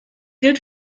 gilt